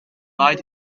lied